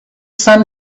son